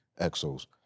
EXO's